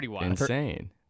insane